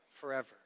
forever